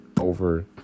over